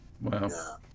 Wow